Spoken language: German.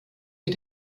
mit